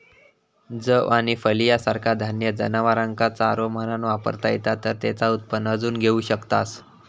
जौ आणि फलिया सारखा धान्य जनावरांका चारो म्हणान वापरता येता तर तेचा उत्पन्न अजून घेऊ शकतास